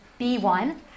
B1